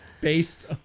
based